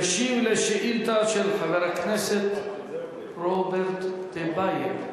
וישיב על שאילתא של חבר הכנסת רוברט טיבייב.